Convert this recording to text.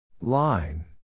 Line